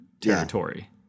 territory